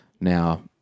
Now